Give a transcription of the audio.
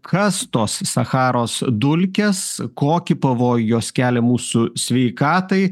kas tos sacharos dulkės kokį pavojų jos kelia mūsų sveikatai